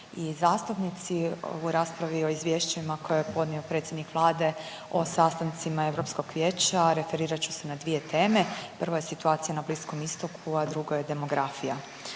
i zastupnici u raspravi o izvješćima koje je podnio predsjednik Vlade o sastancima Europskog vijeća referirat ću se na dvije teme. Prvo je situacija na Bliskom istoku, a drugo je demografija.